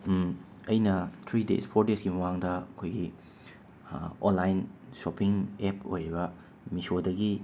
ꯑꯩꯅ three days four ꯗꯦꯁꯀꯤ ꯃꯃꯥꯡꯗ ꯑꯩꯈꯣꯏꯒꯤ ꯑꯣꯟꯂꯥꯏꯟ ꯁꯣꯄꯤꯡ ꯑꯦꯞ ꯑꯣꯏꯔꯤꯕ ꯃꯤꯁꯣꯗꯒꯤ